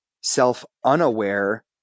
self-unaware